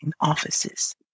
offices